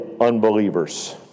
unbelievers